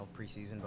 preseason